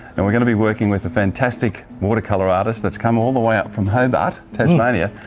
and we're going to be working with a fantastic watercolour artist that's come all the way up from hobart, tasmania,